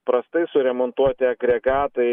prastai suremontuoti agregatai